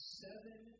seven